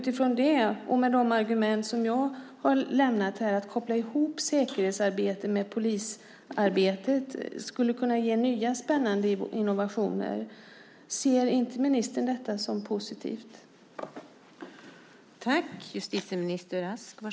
Tillsammans med de argument som jag har lämnat här om att koppla ihop säkerhetsarbetet med polisarbetet skulle det kunna leda till nya spännande innovationer. Ser inte ministern detta som positivt?